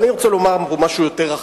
אבל אני רוצה לומר משהו יותר רחב.